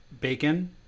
bacon